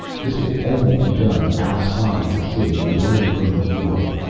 this will only be done outside of the city, away from the war.